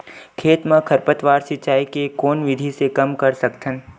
खेत म खरपतवार सिंचाई के कोन विधि से कम कर सकथन?